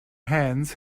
hands